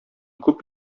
күп